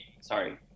sorry